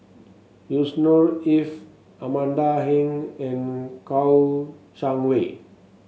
Yusnor Ef Amanda Heng and Kouo Shang Wei